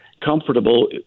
comfortable